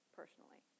personally